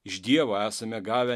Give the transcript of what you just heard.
iš dievo esame gavę